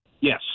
Yes